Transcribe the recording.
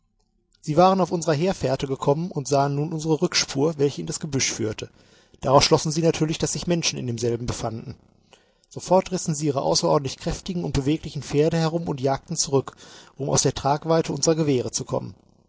sie waren auf unserer herfährte gekommen und sahen nun unsere rückspur welche in das gebüsch führte daraus schlossen sie natürlich daß sich menschen in demselben befanden sofort rissen sie ihre außerordentlich kräftigen und beweglichen pferde herum und jagten zurück um aus der tragweite unserer gewehre zu kommen